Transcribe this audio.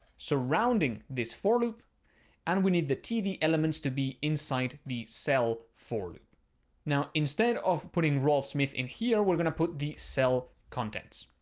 surrounding this for-loop and we need the td elements to be inside the cell for loop now, instead of putting rolf smith in here, we're going to put the cell contents.